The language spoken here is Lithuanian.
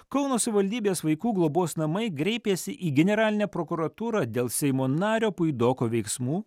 kauno savivaldybės vaikų globos namai greipėsi į generalinę prokuratūrą dėl seimo nario puidoko veiksmų